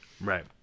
Right